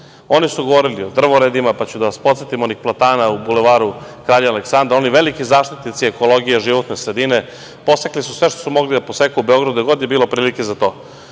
su govorili o drvoredima, pa ću da vas podsetim, onih platana u Bulevaru Kralja Aleksandra, oni veliki zaštitnici ekologije, životne sredine, posekli su sve što su mogli da poseku u Beogradu, gde god je bilo prilike za to.